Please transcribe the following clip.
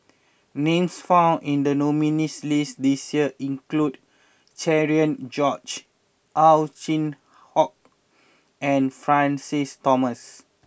names found in the nominees' list this year include Cherian George Ow Chin Hock and Francis Thomas